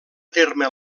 terme